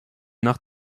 nach